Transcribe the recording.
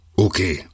Okay